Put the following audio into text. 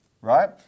right